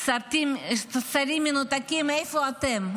שרים מנותקים, איפה אתם?